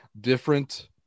Different